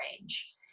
range